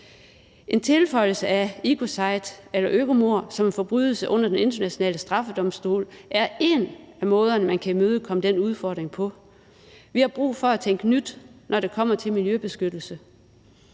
En tilføjelse af ecocide eller økomord som en forbrydelse under Den Internationale Straffedomstol er en af måderne, man kan imødekomme den udfordring på. Vi har brug for at tænke nyt, når det kommer til miljøbeskyttelse.